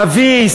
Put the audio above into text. אבי,